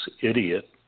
idiot